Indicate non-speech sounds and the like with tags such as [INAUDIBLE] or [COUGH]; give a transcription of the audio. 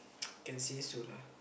[NOISE] can say so lah